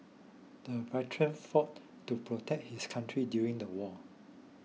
the veteran fought to protect his country during the war